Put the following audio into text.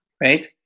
right